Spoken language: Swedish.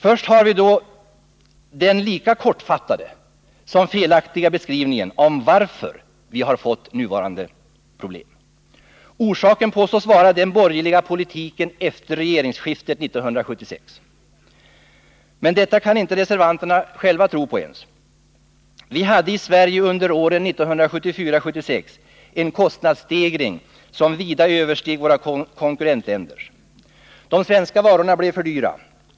Först har vi då den lika kortfattade som felaktiga beskrivningen om varför vi fått nuvarande problem. Orsaken påstås vara den borgerliga politiken efter regeringsskiftet 1976. Men detta kan inte ens reservanterna själva tro på. Vi hade i Sverige under åren 1974-1976 en kostnadsstegring som vida översteg våra konkurrentländers. De svenska varorna blev för dyra.